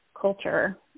culture